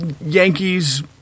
Yankees